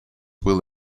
will